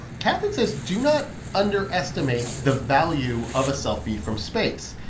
katherine says do not underestimate the value of a selfie from space.